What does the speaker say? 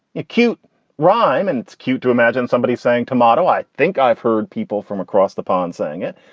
a cute rhyme. and it's cute to imagine somebody saying tomato. i think i've heard people from across the pond saying it,